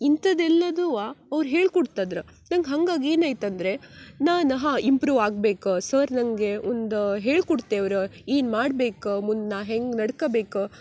ಇಂಥದೆಲ್ಲದೂ ಅವ್ರು ಹೇಳ್ಕೊಡ್ತದ್ರು ನಂಗೆ ಹಂಗಾಗಿ ಏನಾಯ್ತಂದರೆ ನಾನು ಹಾಂ ಇಂಪ್ರೂವ್ ಆಗ್ಬೇಕು ಸರ್ ನನಗೆ ಒಂದು ಹೇಳ್ಕೊಡ್ತೆವ್ರು ಏನು ಮಾಡ್ಬೇಕು ಮುಂದೆ ನಾ ಹೆಂಗೆ ನಡ್ಕಬೇಕು